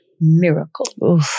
miracle